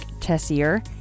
Tessier